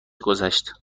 گذشت